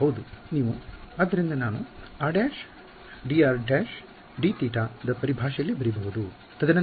ಇದು ಹೌದು ನೀವು ಆದ್ದರಿಂದ ನಾನು ಇದನ್ನು r′dr′dθ ದ ಪರಿಭಾಷೆಯಲ್ಲಿ ಬರೆಯಬಹುದು